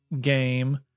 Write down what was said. game